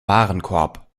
warenkorb